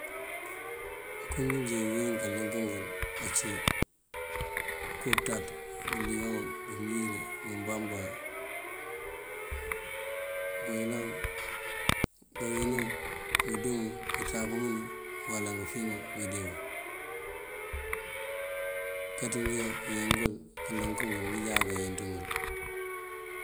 Ngënko ngínjee wín kalënk ngël ací: ngënko pënţaţ, ngëliyoŋ, ngëŋil, ngëbambaŋ. Ngëko yëlank ngëwínu wank kawínu undumu unţankëbinú uwala ngëfíŋu ngëndeewo kanţú uwín joo wín ngël kalënk injáaţ kayenţ ngël.